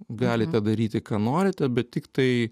galite daryti ką norite bet tiktai